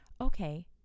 okay